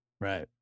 Right